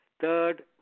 Third